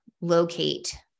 locate